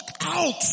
out